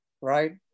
right